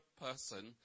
person